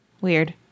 Weird